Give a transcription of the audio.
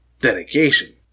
dedication